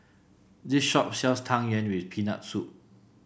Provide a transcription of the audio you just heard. this shop sells Tang Yuen with Peanut Soup